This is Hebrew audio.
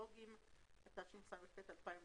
אחר כך כמו שראית, התווספו עוד